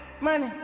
Money